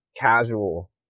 casual